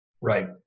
Right